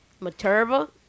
Materva